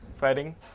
fighting